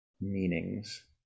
meanings